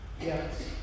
Yes